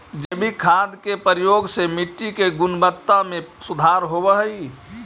जैविक खाद के प्रयोग से मट्टी के गुणवत्ता में सुधार होवऽ हई